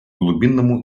глубинному